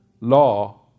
law